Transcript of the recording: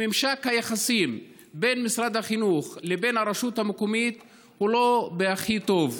שממשק היחסים בין משרד החינוך לבין הרשות המקומית הוא לא הכי טוב,